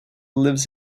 lives